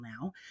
now